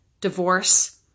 divorce